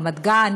ברמת-גן,